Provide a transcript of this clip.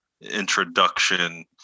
introduction